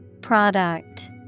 Product